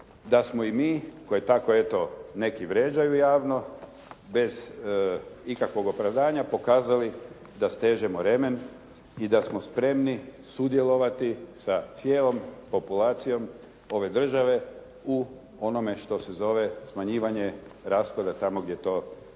da smo i mi koji tako eto neki vrijeđaju javno, bez ikakvog opravdanja pokazali da stežemo remen i da smo spremni sudjelovati sa cijelom populacijom ove države u onome što se zove smanjivanje rashoda tamo gdje je to